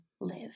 live